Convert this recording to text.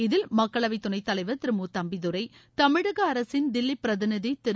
இதில் மக்களவை துணைத் தலைவர் திரு மு தம்பிதுரை தமிழக அரசின் தில்லி பிரதிநிதி திரு